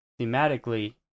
thematically